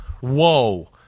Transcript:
whoa